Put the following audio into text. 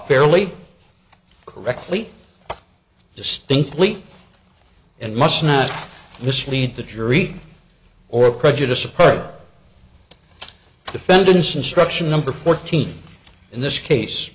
fairly correctly distinctly and must not mislead the jury or prejudice a part defendant's instruction number fourteen in this case